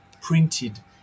printed